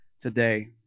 today